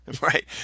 Right